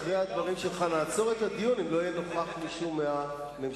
אחרי הדברים שלך נעצור את הדיון אם לא יהיה נוכח מישהו מהממשלה.